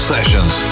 Sessions